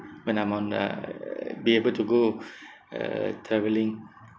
when I'm on uh be able to go uh travelling